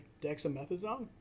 dexamethasone